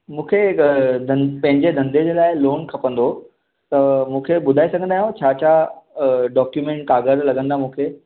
मूंखे हिकु धं पंहिंजे धंधे जे लाइ लोन खपंदो हो त मूंखे ॿुधाए सघंदा आहियो छा छा डॉक्यूमेंट कागरु लॻंदा मूंखे